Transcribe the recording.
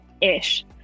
Ish